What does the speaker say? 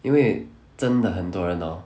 因为真的很多人 hor